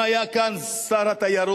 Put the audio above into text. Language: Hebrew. אם היה כאן שר התיירות